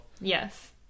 yes